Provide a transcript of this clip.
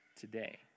today